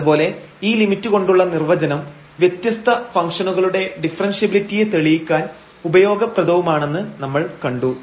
അതുപോലെ ഈ ലിമിറ്റ് കൊണ്ടുള്ള നിർവചനം വ്യത്യസ്ത ഫങ്ക്ഷനുകളുടെ ഡിഫറെൻഷ്യബിലിറ്റിയെ തെളിയിക്കാൻ ഉപയോഗപ്രദവുമാണെന്ന് നമ്മൾ കണ്ടു